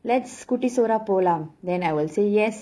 let's குட்டி சோறா போலாம்:kutti sora polaam then I will say yes